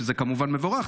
שזה כמובן מבורך,